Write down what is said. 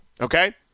okay